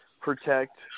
protect